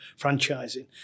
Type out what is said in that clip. franchising